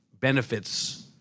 benefits